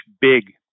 Big